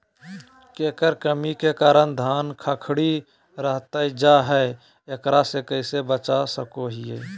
केकर कमी के कारण धान खखड़ी रहतई जा है, एकरा से कैसे बचा सको हियय?